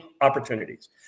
opportunities